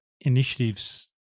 initiatives